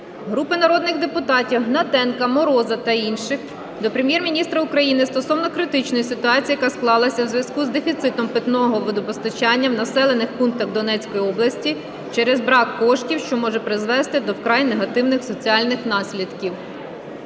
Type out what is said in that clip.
Групи народних депутатів (Гнатенка, Мороза та інших) до Прем'єр-міністра України стосовно критичної ситуації, яка склалась у зв'язку з дефіцитом питного водопостачання в населених пунктах Донецької області через брак коштів, що може призвести до вкрай негативних соціальних наслідків.